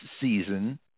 season